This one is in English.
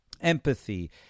empathy